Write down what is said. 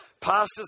Pastors